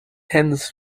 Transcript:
hands